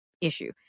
issue